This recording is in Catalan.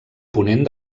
ponent